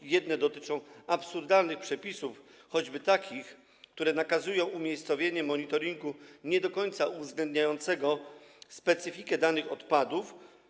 Niektóre z nich dotyczą absurdalnych przepisów, choćby takich, które nakazują umiejscowienie monitoringu nie do końca uwzględniającego specyfikę danych odpadów.